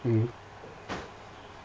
mmhmm